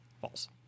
false